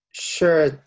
Sure